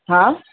हा